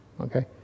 Okay